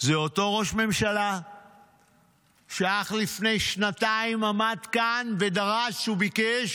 זה אותו ראש ממשלה שאך לפני שנתיים עמד כאן ודרש וביקש